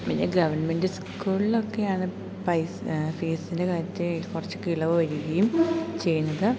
പിന്നെ ഗവൺമെൻറ് സ്കൂളിലൊക്കെയാണ് പൈസ ഫീസിൻ്റെ കാര്യത്തിൽ കുറച്ചൊക്കെ ഇളവ് വരികയും ചെയ്യുന്നത്